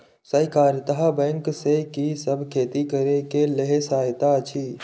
सहकारिता बैंक से कि सब खेती करे के लेल सहायता अछि?